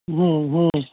हुँ हुँ